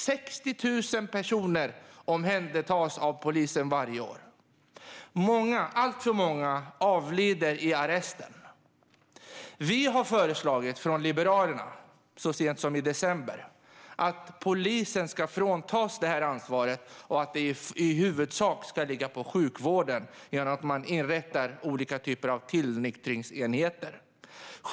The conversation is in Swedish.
60 000 personer omhändertas av polisen varje år, och alltför många avlider i arresten. Vi i Liberalerna har, så sent som i december, föreslagit att polisen ska fråntas ansvaret och att detta i huvudsak ska ligga på sjukvården genom att olika typer av tillnyktringsenheter inrättas.